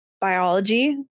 biology